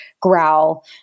growl